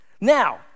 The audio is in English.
Now